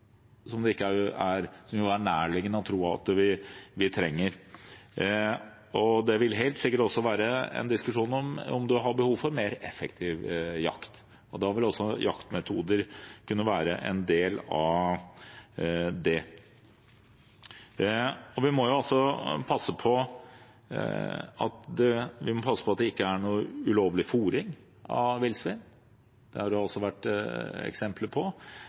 trenger. Det vil helt sikkert også være en diskusjon om man har behov for mer effektiv jakt, og da vil også jaktmetoder kunne være en del av det. Vi må passe på at det ikke er noe ulovlig fôring av villsvin. Det har det også vært eksempler på.